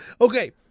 Okay